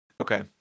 Okay